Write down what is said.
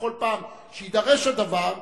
בכל פעם שיידרש הדבר,